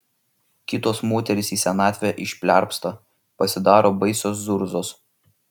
kitos moterys į senatvę išplerpsta pasidaro baisios zurzos